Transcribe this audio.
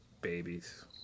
Babies